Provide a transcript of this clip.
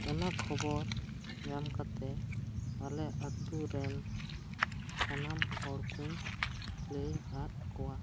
ᱚᱱᱟ ᱠᱷᱚᱵᱚᱨ ᱧᱟᱢ ᱠᱟᱛᱮ ᱟᱞᱮ ᱟᱛᱳ ᱨᱮᱱ ᱥᱟᱱᱟᱢ ᱦᱚᱲ ᱠᱚᱹᱧ ᱞᱟᱹᱭᱟᱫ ᱠᱚᱣᱟ